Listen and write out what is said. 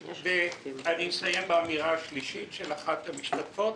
אסיים באמירה השלישית של אחת המשתתפות: